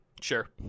sure